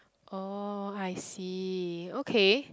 oh I see okay